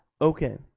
Okay